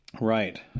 Right